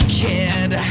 kid